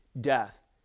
death